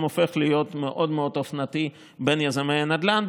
הופך להיות מאוד מאוד אופנתי בין יזמי הנדל"ן,